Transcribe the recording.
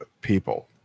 people